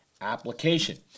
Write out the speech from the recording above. application